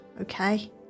okay